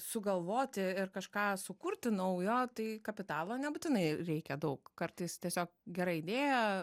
sugalvoti ir kažką sukurti naujo tai kapitalo nebūtinai reikia daug kartais tiesiog gera idėja